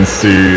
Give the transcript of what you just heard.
see